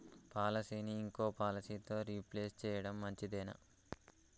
పాలసీని ఇంకో పాలసీతో రీప్లేస్ చేయడం మంచిదేనా?